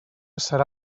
serà